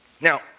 Now